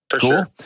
Cool